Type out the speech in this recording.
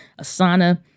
Asana